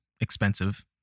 expensive